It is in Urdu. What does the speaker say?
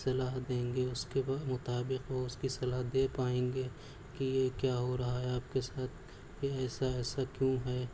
صلاح دیں گے اس کے بمطابق وہ اس کی صلاح دے پائیں گے کہ یہ کیا ہو رہا ہے آپ کے ساتھ یا ایسا ایسا کیوں ہے